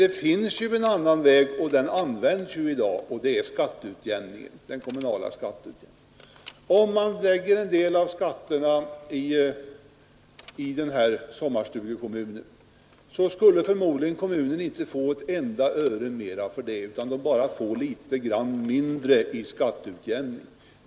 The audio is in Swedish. Det finns emellertid en annan metod — och den används i dag — nämligen den kommunala skatteutjämningen. Om sommargästen skulle betala en viss del av sin skatt i sommarstugekommunen skulle kommunen i fråga förmodligen inte totalt sett, få ett enda öre mer, utan bara litet mindre i skatteutjämningsbidrag.